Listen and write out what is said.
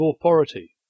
authority